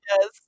Yes